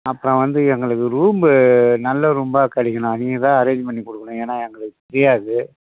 அப்புறம் வந்து எங்களுக்கு ரூம் நல்ல ரூம்பா கிடைக்கணும் நீங்கள்தான் ஆரேஞ்ச் பண்ணிக்கொடுக்கணும் ஏன்னா எங்களுக்கு தெரியாது